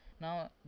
Now